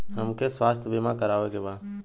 हमके स्वास्थ्य बीमा करावे के बा?